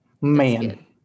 Man